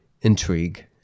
intrigue